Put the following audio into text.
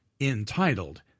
entitled